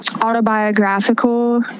autobiographical